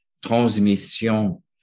transmission